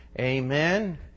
Amen